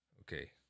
Okay